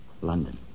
London